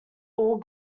all